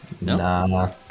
Nah